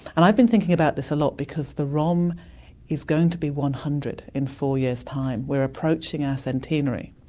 and i've been thinking about this a lot because the rom is going to be one hundred in four years time, we're approaching our ah centenary.